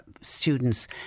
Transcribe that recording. students